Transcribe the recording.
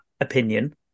opinion